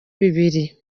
bibiri